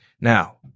Now